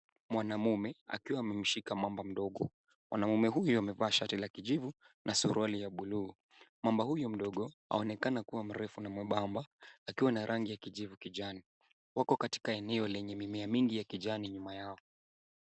Mwanaume akiwa amemshika mamba mdogo. Mwanaume huyo amevaa shati la kijivu na suruali ya buluu. Mamba huyo mdogo anaonekana akiwa mrefu na mwembamba, akiwa na rangi ya kijivu kijani. Wako katika eneo lenye mimea mingi ya kijani nyuma yao.